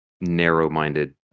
narrow-minded